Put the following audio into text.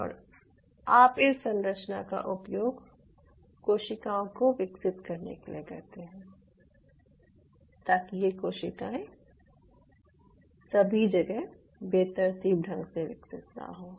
और आप इस संरचना का उपयोग कोशिकाओं को विकसित करने के लिए करते हैं ताकि ये कोशिकाएं सभी जगह बेतरतीब ढंग से विकसित न हों